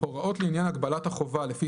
הוראות לעניין הגבלת החובה לפי